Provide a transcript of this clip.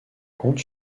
compte